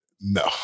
No